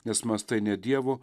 nes mąstai ne dievu